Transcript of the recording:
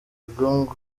ngo